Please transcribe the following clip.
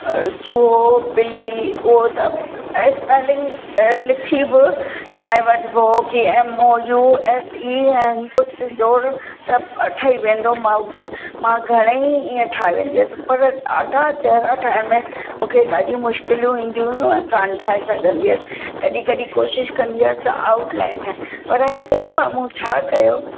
चुहो ॿिली उहो त ऐं स्पैलिंग लिखी बि ठाहे वठिबो हुओ कि M O U S E ऐं कुझु जोड़ त ठहीं वेंदो माउस मां घणेई इअं ठाहे वेंदी हुअसि पर ॾाढा चहिरा ठाहिण में मूंखे ॾाढी मुश्किलूं ईंदियूं हुयूं ऐं कान ठाहे सघंदी हुअसि कॾहिं कॾहिं कोशिश कंदी हुअसि त आउटलाइन ठाहे पर हिकु दफ़ा मूं छा कयो